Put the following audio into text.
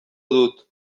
dut